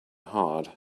hard